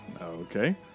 Okay